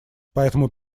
поэтому